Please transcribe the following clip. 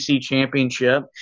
championship